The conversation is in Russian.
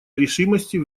решимости